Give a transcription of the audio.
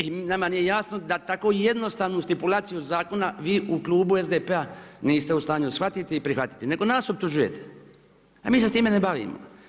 I nama nije jasno da tako jednostavnu stipulaciju zakona vi u Klubu SDP-a niste u stanju shvatiti i prihvatiti, nego nas optužujte, ali mi se s time ne bavimo.